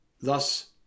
Thus